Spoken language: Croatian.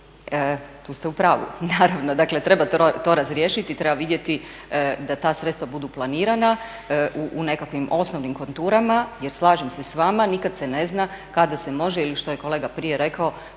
Tu ste u pravu, naravno dakle treba to razriješiti, treba vidjeti da ta sredstva budu planirana u nekakvim osnovnim konturama jer slažem se s vama, nikada se ne zna kada se može ili što je kolega prije rekao